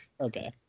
Okay